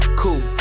cool